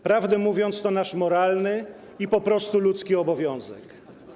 Prawdę mówiąc, to nasz moralny i po prostu ludzki obowiązek.